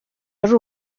ari